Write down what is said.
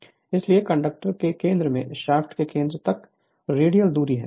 Refer Slide Time 0347 इसलिए conductor के केंद्र से शाफ्ट के केंद्र तक रेडियल दूरी है